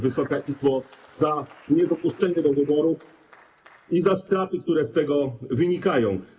Wysoka Izbo, za niedopuszczenie do wyborów i za straty, które z tego wynikają.